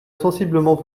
sensiblement